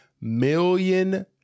million